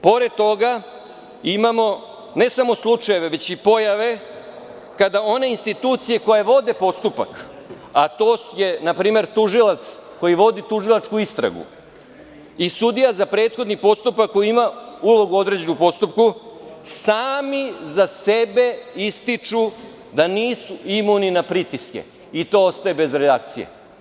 Pored toga, imamo ne samo slučajeve, već i pojave kada one institucije koje vode postupak, a to je na primer tužilac koji vodi tužilačku istragu i sudija za prethodni postupak koji ima ulogu u određenom postupku, sami za sebe ističu da nisu imuni na pritiske i to ostaje bez reakcije.